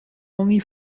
only